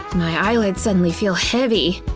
my eyelids suddenly feel heavy.